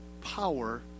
power